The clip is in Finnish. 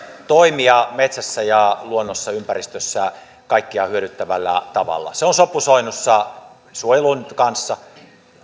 toimia metsässä ja luonnossa ympäristössä kaikkia hyödyttävällä tavalla se on sopusoinnussa suojelun kanssa